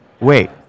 wait